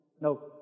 No